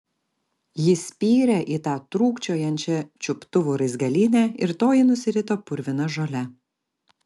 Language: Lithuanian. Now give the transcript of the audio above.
ji spyrė į tą trūkčiojančią čiuptuvų raizgalynę ir toji nusirito purvina žole